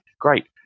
great